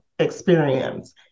Experience